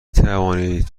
توانید